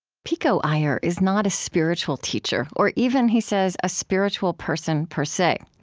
pico iyer is not a spiritual teacher or even, he says, a spiritual person per se.